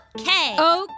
Okay